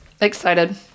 excited